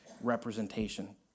representation